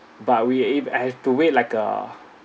but we are ab~ I have to wait like a